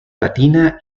latina